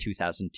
2002